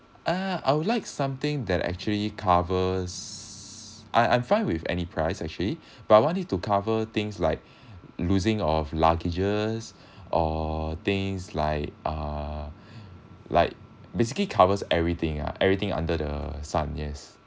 uh I would like something that actually covers I I'm fine with any price actually but want it to cover things like losing of luggages or things like uh like basically covers everything ah everything under the sun yes